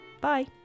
Bye